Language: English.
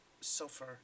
suffer